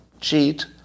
cheat